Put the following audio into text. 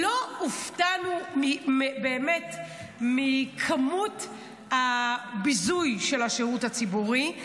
לא הופתענו באמת מכמות הביזוי של השירות הציבורי.